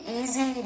easy